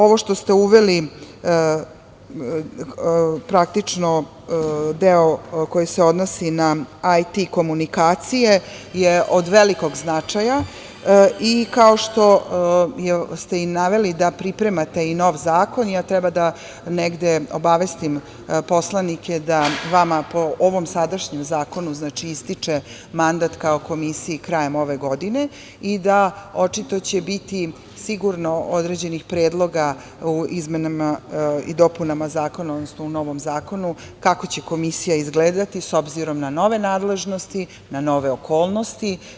Ovo što ste uveli, praktično deo koji se odnosi na IT komunikacije je od velikog značaja i kao što ste i naveli da pripremate i novi zakon, jer treba da negde da obavestim poslanike da vama po ovom sadašnjem zakonu ističe mandat kao Komisiji krajem ove godine i da očito će biti sigurno određenih predloga u izmenama i dopunama Zakona, odnosno u novom zakonu, kako će Komisija izgledati, s obzirom na nove nadležnosti, na nove okolnosti.